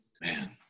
man